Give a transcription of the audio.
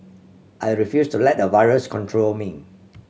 I refuse to let a virus control me